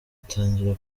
atangira